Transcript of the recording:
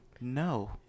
No